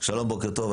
שלום ובוקר טוב.